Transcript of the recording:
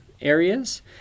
areas